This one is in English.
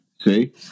See